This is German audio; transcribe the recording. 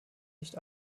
nicht